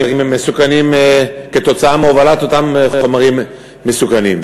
מסוכנים בגלל הובלת אותם חומרים מסוכנים.